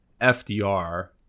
FDR